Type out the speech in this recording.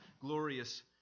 glorious